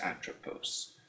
atropos